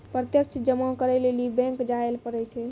प्रत्यक्ष जमा करै लेली बैंक जायल पड़ै छै